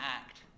act